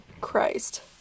Christ